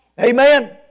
Amen